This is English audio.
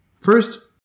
First